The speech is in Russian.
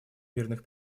мирных